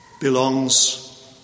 belongs